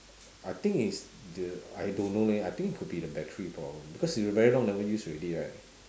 I think is the I don't know leh I think it could be the battery problem because you very long never use already right